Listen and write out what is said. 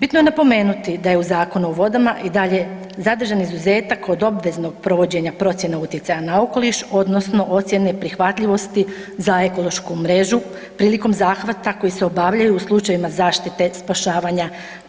Bitno je napomenuti da je u Zakonu o vodama i dalje zadržan izuzetak od obveznog provođenja procjene utjecaja na okoliš odnosno ocjene prihvatljivosti za ekološku mrežu prilikom zahvata koji se obavljaju u slučajevima zaštite i spašavanja